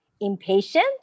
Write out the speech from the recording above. impatient